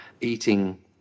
eating